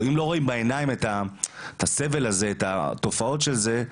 אם לא רואים בעיניים את הסבל והתופעות של זה,